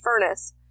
furnace